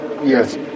Yes